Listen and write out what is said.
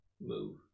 move